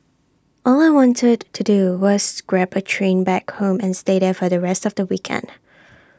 all I wanted to do was grab A train back home and stay there for the rest of the weekend